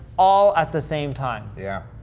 all at the same time. yeah,